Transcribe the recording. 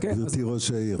גברתי ראשת העיר.